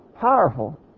powerful